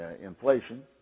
inflation